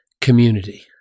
community